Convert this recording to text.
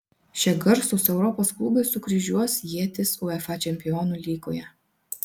šie garsūs europos klubai sukryžiuos ietis uefa čempionų lygoje